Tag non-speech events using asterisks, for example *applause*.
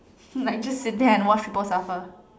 *laughs* like just sit there and watch people suffer